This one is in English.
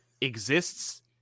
exists